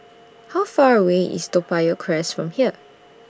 How Far away IS Toa Payoh Crest from here